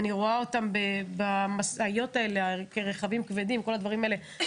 אני רואה אותם משלימים שעות במשאיות על רכבים כבדים של התנועה.